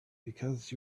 because